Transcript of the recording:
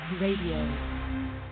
radio